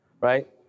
Right